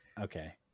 okay